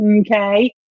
Okay